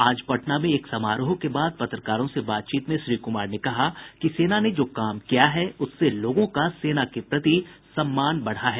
आज पटना में एक समारोह के बाद पत्रकारों से बातचीत में श्री कुमार ने कहा कि सेना ने जो काम किया है उससे लोगों का सेना के प्रति सम्मान बढ़ा है